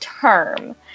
term